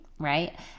right